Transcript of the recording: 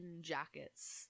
jackets